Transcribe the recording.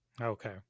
Okay